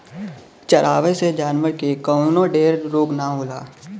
चरावे से जानवर के कवनो ढेर रोग ना होला